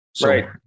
Right